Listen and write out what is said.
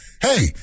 hey